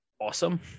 awesome